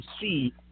see